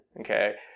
Okay